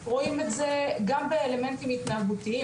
רואים את זה גם באלמנטים התנהגותיים,